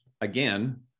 again